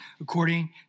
according